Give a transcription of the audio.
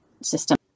system